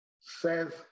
says